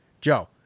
Joe